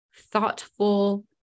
thoughtful